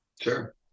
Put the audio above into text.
Sure